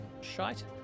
shite